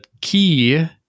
key